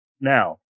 Now